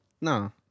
No